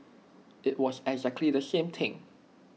IT was the exact same thing